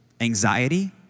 anxiety